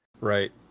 right